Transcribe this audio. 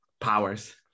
powers